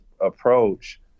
approach